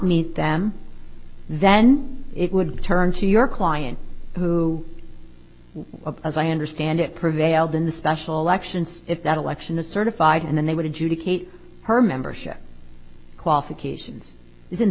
meet them then it would turn to your client who as i understand it prevailed in the special elections if that election is certified and then they would adjudicate her membership qualifications isn't